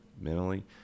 mentally